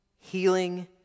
healing